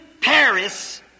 Paris